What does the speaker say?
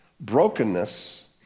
Brokenness